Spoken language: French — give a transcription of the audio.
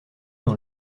dans